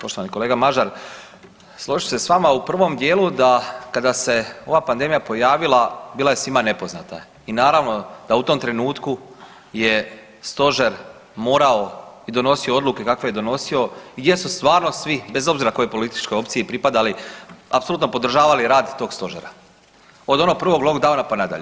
Poštovani kolega Mažar, složit ću se sa vama u prvom dijelu da kada se ova pandemija pojavila bila je svima nepoznata i naravno da u tom trenutku je Stožer morao i donosio odluke kakve je donosio i gdje su stvarno svi bez obzira kojoj političkoj opciji pripadali apsolutno podržavali rad tog Stožera od onog prvog lockdowna pa na dalje.